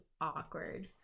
awkward